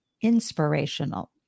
inspirational